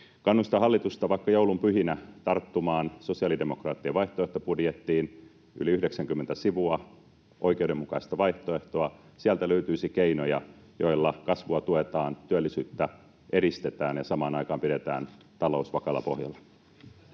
Kannustan hallitusta, vaikka joulunpyhinä, tarttumaan sosiaalidemokraattien vaihtoehtobudjettiin: yli 90 sivua oikeudenmukaista vaihtoehtoa. Sieltä löytyisi keinoja, joilla kasvua tuetaan, työllisyyttä edistetään, ja samaan aikaan pidetään talous vakaalla pohjalla.